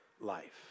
life